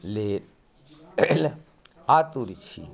लेल आतुर छी